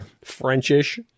French-ish